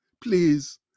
please